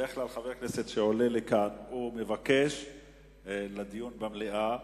בדרך כלל, חבר כנסת שעולה לכאן, מבקש דיון במליאה,